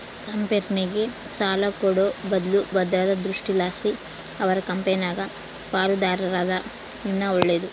ಕಂಪೆನೇರ್ಗೆ ಸಾಲ ಕೊಡೋ ಬದ್ಲು ಭದ್ರತಾ ದೃಷ್ಟಿಲಾಸಿ ಅವರ ಕಂಪೆನಾಗ ಪಾಲುದಾರರಾದರ ಇನ್ನ ಒಳ್ಳೇದು